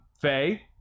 Faye